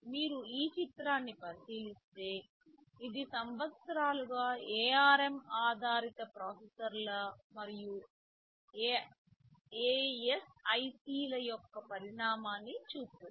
మీరు ఈ చిత్రాన్ని పరిశీలిస్తే ఇది సంవత్సరాలుగా ARM ఆధారిత ప్రాసెసర్లు మరియు ASIC ల యొక్క పరిణామాన్ని చూపుతుంది